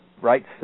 right